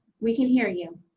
we can hear you.